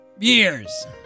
years